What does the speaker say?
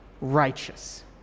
righteous